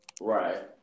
right